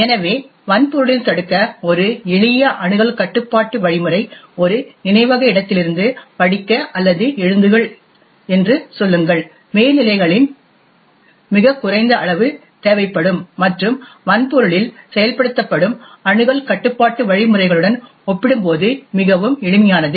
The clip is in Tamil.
எனவே வன்பொருளில் தடுக்க ஒரு எளிய அணுகல் கட்டுப்பாட்டு வழிமுறை ஒரு நினைவக இடத்திலிருந்து படிக்க அல்லது எழுதுங்கள் என்று சொல்லுங்கள் மேல்நிலைகளின் மிகக் குறைந்த அளவு தேவைப்படும் மற்றும் வன்பொருளில் செயல்படுத்தப்படும் அணுகல் கட்டுப்பாட்டு வழிமுறைகளுடன் ஒப்பிடும்போது மிகவும் எளிமையானது